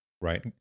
right